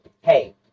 Hey